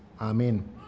amen